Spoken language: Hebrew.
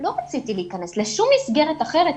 לא רציתי להיכנס לשום מסגרת אחרת,